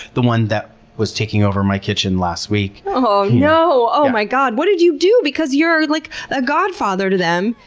the one that was taking over my kitchen last week. oh no. oh my god! what did you do? you're like a godfather to them.